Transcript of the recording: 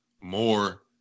more